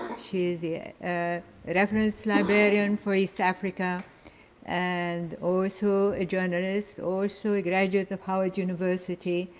she is yeah a reference librarian for east africa and also a journalist, also a graduate of howard university,